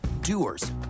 doers